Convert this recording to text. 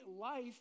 life